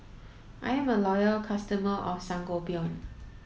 I'm a loyal customer of Sangobion